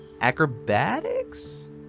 Acrobatics